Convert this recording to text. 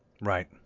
Right